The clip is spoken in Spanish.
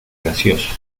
gracioso